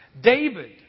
David